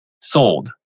sold